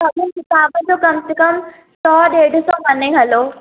सभिनी किताबनि जो कम से कम सौ ॾेढ सौ मने हलो